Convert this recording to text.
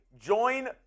join